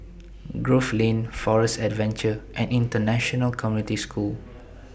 Grove Lane Forest Adventure and International Community School